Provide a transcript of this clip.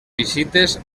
visites